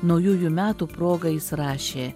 naujųjų metų proga jis rašė